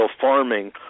farming